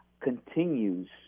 continues